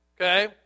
okay